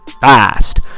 fast